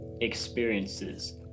experiences